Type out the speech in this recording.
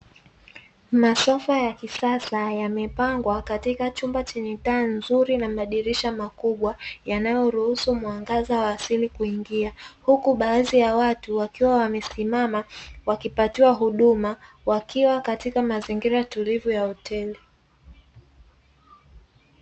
Masofa ya kisasa yamepangwa katika chumba chenye taa nzuri na madirisha makubwa yanayo ruhusu mwangaza wa asili kuingia, Huku baadhi ya watu wakiwa wamesimama wakipatiwa huduma wakiwa katika mazingira tulivu ya hoteli.